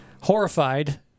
Horrified